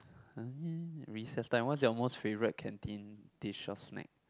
uh recess time whats your most favourite canteen dish or snack